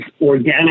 organic